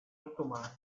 ottomani